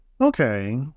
okay